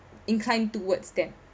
inclined towards them